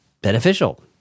beneficial